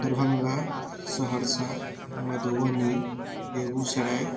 Darbhanga Saharsa Madhubani Begusarai